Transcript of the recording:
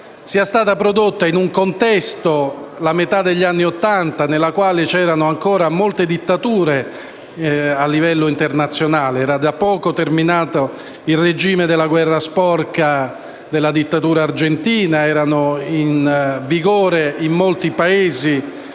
siano state prodotte in un contesto - la metà degli anni Ottanta - nel quale c'erano ancora molte dittature a livello internazionale. Era da poco terminato il regime della guerra sporca della dittatura argentina; erano in vigore in molti Paesi,